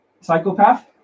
psychopath